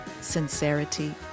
sincerity